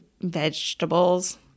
vegetables